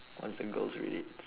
once the girls relates